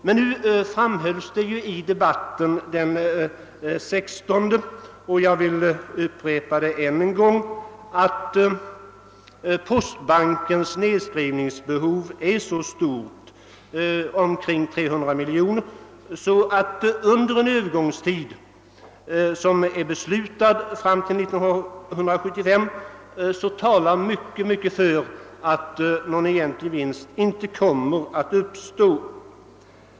Det framhölls emellertid i debatten den 16 december, vilket jag än en gång vill understryka, att postbankens nedskrivningsbehov är så stort — omkring 300 miljoner kronor — att mycket talar för att det fram till slutet av den övergångsperiod, som enligt vad som beslutats skall gälla fram till år 1975, inte kommer att uppstå någon egentlig vinst.